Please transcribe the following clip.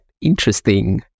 interesting